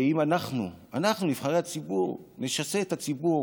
ואם אנחנו, אנחנו, נבחרי הציבור, נשסה את הציבור